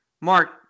Mark